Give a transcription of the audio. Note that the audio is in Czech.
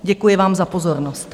Děkuji vám za pozornost.